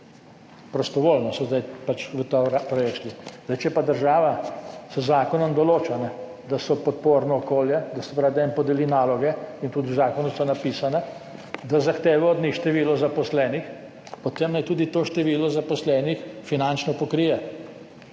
prostovoljno so zdaj pač ta projekt šli. Zdaj, če pa država z zakonom določa, da so podporno okolje, to se pravi, da jim podeli naloge in tudi v zakonu so napisane, da zahteva od njih število zaposlenih, potem naj tudi to število zaposlenih finančno pokrije.